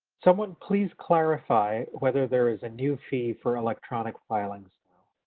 someone please clarify whether there is a new fee for electronic filings